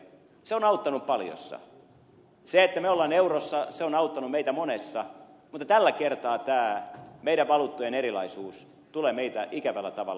se on auttanut paljossa että me olemme eurossa se on auttanut meitä monessa mutta tällä kertaa tämä meidän valuuttojemme erilaisuus tulee meitä ikävällä tavalla vastaan